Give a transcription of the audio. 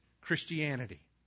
Christianity